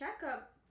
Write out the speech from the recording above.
checkup